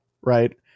right